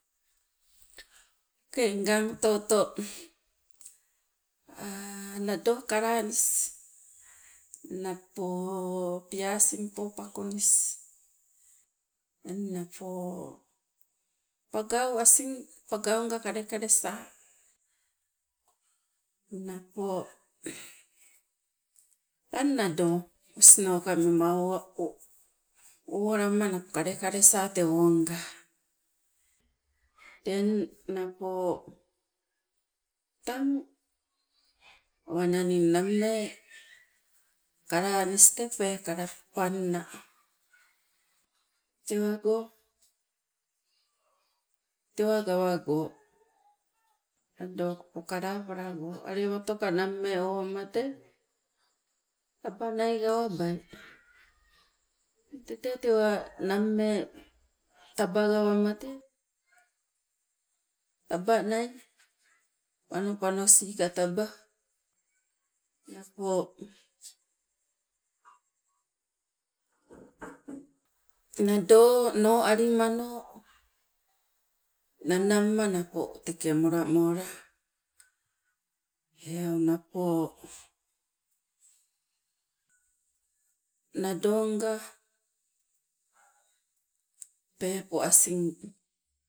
Okei ngang oto oto nado kalanis, napo piasimpo pakunis eng napo pangau asing pangaunga kalekalesa, napo tang nado osinoka mema owalama napo kalekalesa tewonga. Teng napo tang awananingn nammee kalanis tee peekala panna, tewango tewa gawago nado okopo kalapalago alewatoi nammee owama tee tabanai gawabai. Teng tete tewa nammee tabanai gawama tee tabanai panopanosika taba napo nado no alimano nanamma napo teke molamola eu, napo nadonga peepo asing,